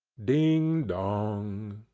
ding, dong!